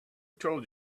told